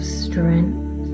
strength